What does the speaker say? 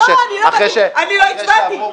לא, אני לא הצבעתי.